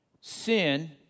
sin